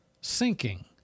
Sinking